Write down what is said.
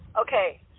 okay